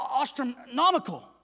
astronomical